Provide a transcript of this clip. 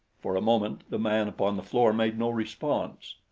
for a moment the man upon the floor made no response,